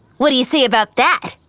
what do you say about that?